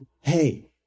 Hey